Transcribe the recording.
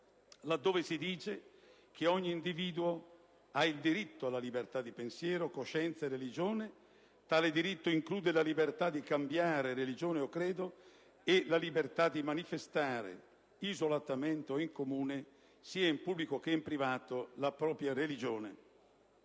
laddove si dice, che «ogni individuo ha il diritto alla libertà di pensiero, coscienza e religione; tale diritto include la libertà di cambiare religione o credo, e la libertà di manifestare, isolatamente o in comune, sia in pubblico che in privato, la propria religione».